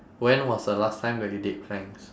when was the last time where you did planks